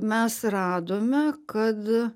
mes radome kad